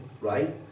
right